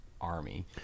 army